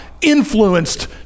influenced